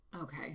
Okay